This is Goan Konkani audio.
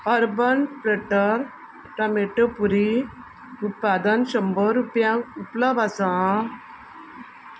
अर्बन प्लेटर टॉमॅटो पुरी उत्पादन शंबर रुपयांक उपलब्ध आसा